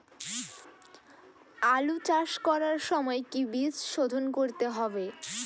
আলু চাষ করার সময় কি বীজ শোধন করতে হবে?